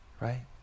right